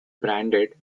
branded